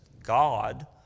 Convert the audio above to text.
god